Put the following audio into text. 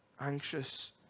anxious